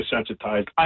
desensitized